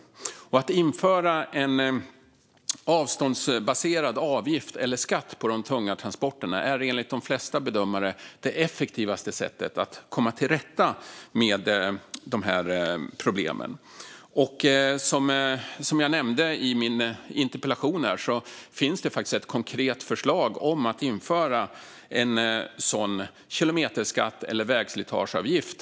Att införa en avståndsbaserad avgift eller skatt på de tunga transporterna är enligt de flesta bedömare det effektivaste sättet att komma till rätta med problemen. Som jag nämnde i min interpellation finns ett konkret förslag om att införa en sådan kilometerskatt eller vägslitageavgift.